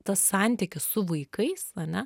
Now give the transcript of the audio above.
tas santykis su vaikais ane